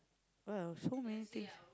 !wow! so many things